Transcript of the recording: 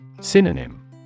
Synonym